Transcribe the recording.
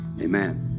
Amen